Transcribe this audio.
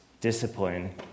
discipline